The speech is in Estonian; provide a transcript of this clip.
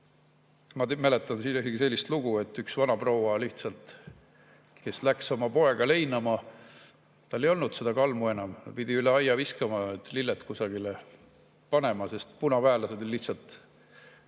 Ma mäletan isegi sellist lugu, et üks vanaproua, kes läks oma poega leinama, tal ei olnud seda kalmu enam. Ta pidi üle aia viskama, lilled kusagile panema, sest punaväelased lihtsalt ...